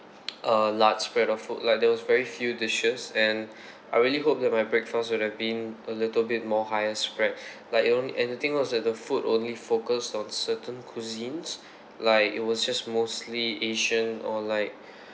a large spread of food like there was very few dishes and I really hope that my breakfast would have been a little bit more higher spread like on and the thing was that the food only focus on certain cuisines like it was just mostly asian or like